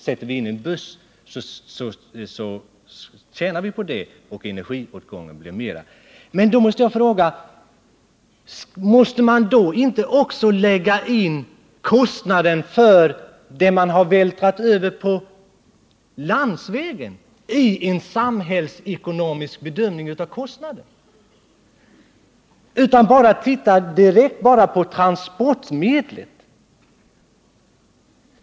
Sätter vi in en buss tjänar vi på det, och energiåtgången blir mindre! Men då vill jag fråga: Måste man inte också ta hänsyn till kostnaden för det som man har vältrat över på landsvägen, i en samhällsekonomisk bedömning av en sådan åtgärd? Man kan väl inte bara se på vad som händer med det aktuella transportmedlet.